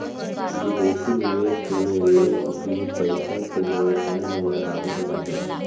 विदेशी निवेश में लोग अपनी पईसा के व्यवसाय में लगावत बाटे